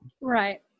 right